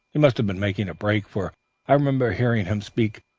he must have been making a break, for i remember hearing him speak,